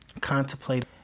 contemplate